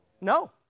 No